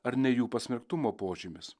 ar ne jų pasmerktumo požymis